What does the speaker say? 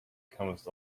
comest